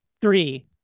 three